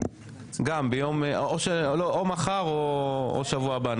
או מחר או שבוע הבא.